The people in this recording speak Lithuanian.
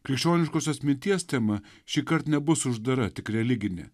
krikščioniškosios minties tema šįkart nebus uždara tik religinė